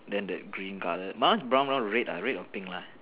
then the green colour my one is brown brown red ah red or pink lah